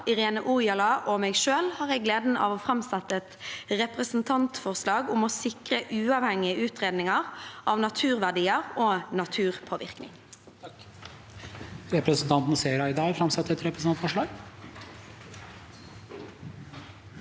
Irene Ojala og meg selv har jeg gleden av å framsette et representantforslag om å sikre uavhengige utredninger av naturverdier og naturpåvirkning.